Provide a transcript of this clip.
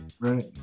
right